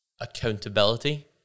accountability